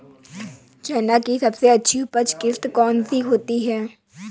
चना की सबसे अच्छी उपज किश्त कौन सी होती है?